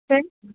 sir